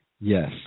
Yes